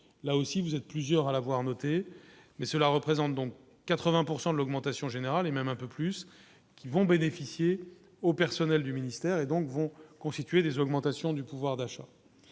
là aussi vous êtes plusieurs à la. Voir noté mais cela représente donc 80 pourcent de l'augmentation générale et même un peu plus qui vont bénéficier au personnel du ministère, et donc vont constituer des augmenter. Si on du pouvoir d'achat